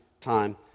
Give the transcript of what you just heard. time